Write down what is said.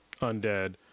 undead